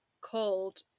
called